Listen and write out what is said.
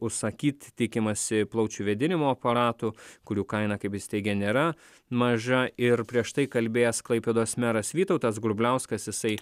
užsakyt tikimasi plaučių vėdinimo aparatų kurių kaina kaip jis teigė nėra maža ir prieš tai kalbėjęs klaipėdos meras vytautas grubliauskas jisai